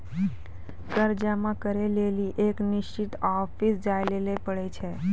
कर जमा करै लेली एक निश्चित ऑफिस जाय ल पड़ै छै